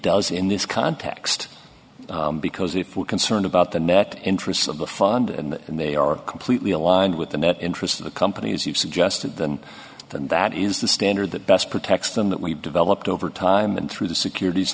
does in this context because if we're concerned about the net interest of the fund and they are completely aligned with the net interest of the companies you've suggested them and that is the standard that best protects them that we've developed over time and through the securit